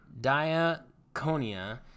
Diaconia